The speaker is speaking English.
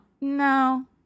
No